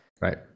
Right